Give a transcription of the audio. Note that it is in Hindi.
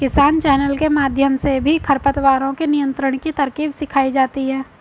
किसान चैनल के माध्यम से भी खरपतवारों के नियंत्रण की तरकीब सिखाई जाती है